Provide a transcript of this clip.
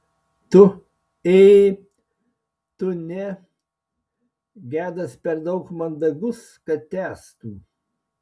tu ė tu ne gedas per daug mandagus kad tęstų